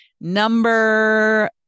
Number